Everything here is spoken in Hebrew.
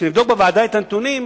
כשנבדוק בוועדה את הנתונים,